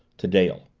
to dale.